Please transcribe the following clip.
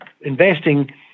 investing